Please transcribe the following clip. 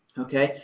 ok.